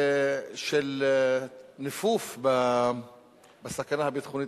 של ניפוּף בסכנה הביטחונית,